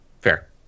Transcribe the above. fair